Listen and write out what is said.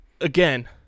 again